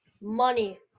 money